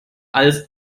als